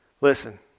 listen